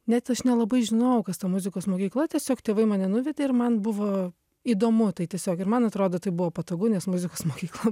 net aš nelabai žinojau kas ta muzikos mokykla tiesiog tėvai mane nuvedė ir man buvo įdomu tai tiesiog ir man atrodo tai buvo patogu nes muzikos mokykla